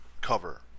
cover